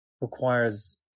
requires